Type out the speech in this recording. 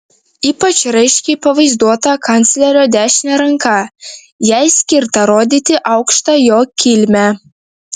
ypač raiškiai pavaizduota kanclerio dešinė ranka jai skirta rodyti aukštą jo kilmę